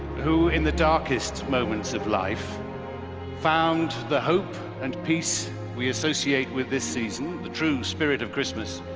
who in the darkest moments of life found the hope and peace we associate with this season, the true spirit of christmas.